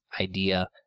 idea